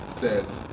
says